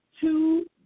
two